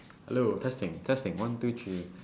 hello testing testing one two three